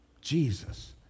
Jesus